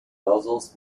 nozzles